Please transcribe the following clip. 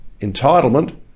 entitlement